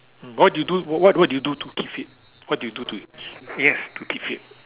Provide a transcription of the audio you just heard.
what do you do what what do you do to keep fit what do you do to yes to keep fit